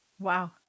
Wow